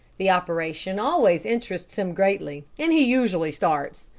the operation always interests him greatly, and he usually starts.